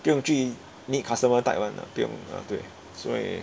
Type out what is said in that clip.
不用去 meet customer type [one] ah 不用 ah 对所以